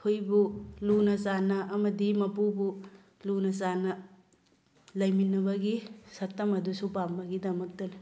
ꯈꯨꯏꯕꯨ ꯂꯨꯅ ꯆꯥꯟꯅ ꯑꯃꯗꯤ ꯃꯄꯨꯕꯨ ꯂꯨꯅ ꯆꯥꯟꯅ ꯂꯩꯃꯤꯟꯅꯕꯒꯤ ꯁꯛꯇꯝ ꯑꯗꯨꯁꯨ ꯄꯥꯝꯕꯒꯤꯗꯃꯛꯇꯅꯤ